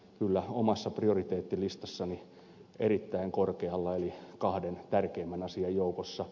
kyllä omassa prioriteettilistassani erittäin korkealla eli kahden tärkeimmän asian joukossa